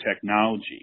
technology